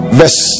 verse